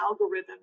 algorithm